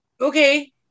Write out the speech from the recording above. okay